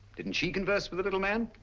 didn't she converse with the little man?